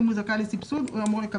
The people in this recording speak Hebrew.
ואם נצטרך,